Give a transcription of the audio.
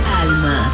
Alma